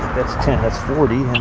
that's ten, that's forty.